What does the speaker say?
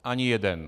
Ani jeden.